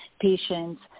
patients